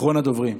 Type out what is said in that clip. אחרון הדוברים.